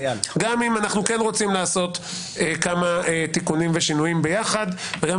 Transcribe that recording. גם אם אנחנו כן רוצים לעשות כמה תיקונים ושינויים ביחד וגם אם